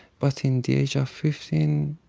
but in the age of fifteen,